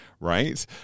right